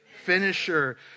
finisher